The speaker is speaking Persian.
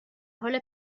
حال